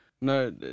No